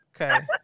Okay